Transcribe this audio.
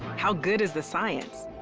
how good is the science?